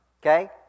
Okay